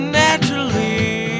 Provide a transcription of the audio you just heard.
naturally